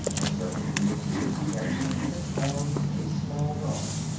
the servant reappeared, carrying in his arms a small dog.